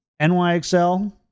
NYXL